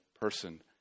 person